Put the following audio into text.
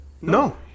No